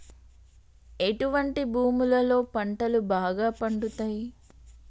ఎటువంటి భూములలో పంటలు బాగా పండుతయ్?